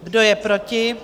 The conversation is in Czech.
Kdo je proti?